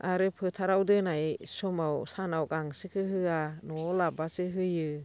आरो फोथाराव दोनाय समाव सानाव गांसोखौ होआ न'आव लाबोबासो होयो